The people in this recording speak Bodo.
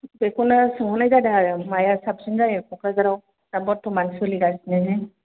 बेखौनो सोंहरनाय जादों आरो माया साबसिन जायो क'क्राझारआव दा बरथ'मान सोलिगासिनो जे